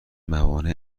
موانع